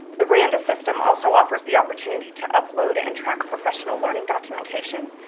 the randa system also offers the opportunity to upload and track professional learning documentation.